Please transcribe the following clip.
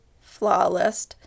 flawless